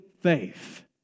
faith